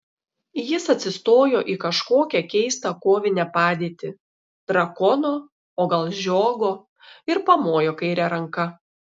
jis atsistojo į kažkokią keistą kovinę padėtį drakono o gal žiogo ir pamojo kaire ranka